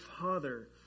father